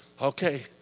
okay